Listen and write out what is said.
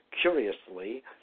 curiously